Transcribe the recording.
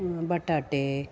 ಬಟಾಟೆ